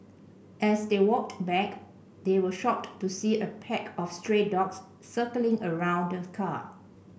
as they walked back they were shocked to see a pack of stray dogs circling around the car